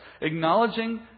acknowledging